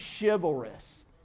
chivalrous